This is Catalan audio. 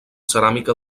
ceràmica